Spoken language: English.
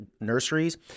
nurseries